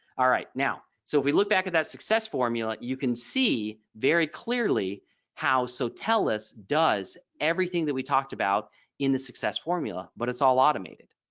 all right now so if we look back at that success formula you can see very clearly how sotellus. does everything that we talked about in the success formula but it's all automated.